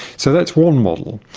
so that's one model.